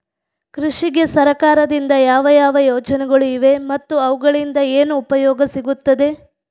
ಕೃಷಿಗೆ ಸರಕಾರದಿಂದ ಯಾವ ಯಾವ ಯೋಜನೆಗಳು ಇವೆ ಮತ್ತು ಅವುಗಳಿಂದ ಏನು ಉಪಯೋಗ ಸಿಗುತ್ತದೆ?